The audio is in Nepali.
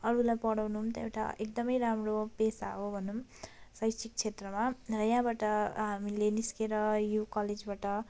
अरूलाई पढाउनु त एउटा एकदम राम्रो पेसा हो भनौँ शैक्षिक क्षेत्रमा र यहाँबाट हामीले निस्केर यो कलेजबाट